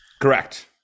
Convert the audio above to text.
Correct